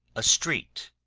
a street